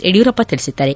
ಯಡಿಯೂರಪ್ಪ ತಿಳಿಸಿದ್ದಾರೆ